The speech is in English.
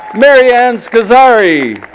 maryanne scozzari,